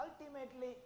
Ultimately